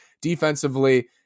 Defensively